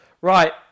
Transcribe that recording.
right